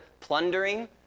plundering